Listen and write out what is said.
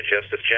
Justice